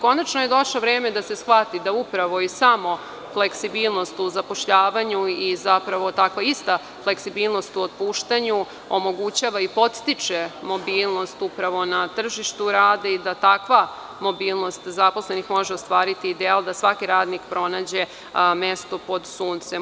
Konačno je došlo vreme da se shvati da upravo i samo fleksibilnost u zapošljavanju i zapravo ista takva fleksibilnost u otpuštanju omogućava i podstiče mobilnost na tržištu rada i da takva mobilnost zaposlenih može ostvariti deo da svaki radnik pronađe mesto pod suncem.